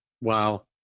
Wow